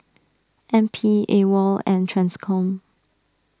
N P Awol and Transcom